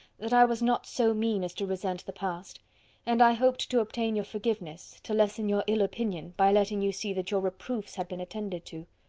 that i was not so mean as to resent the past and i hoped to obtain your forgiveness, to lessen your ill opinion, by letting you see that your reproofs had been attended to.